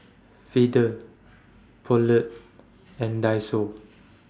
Feather Poulet and Daiso